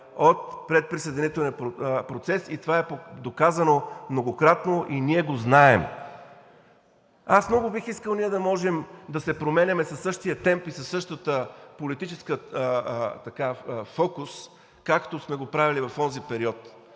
от предприсъединителния процес. Това е доказано многократно и ние го знаем. Аз много бих искал ние да можем да се променяме със същия темп и със същия политически фокус, както сме го правили в онзи период